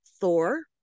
Thor